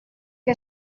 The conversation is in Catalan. què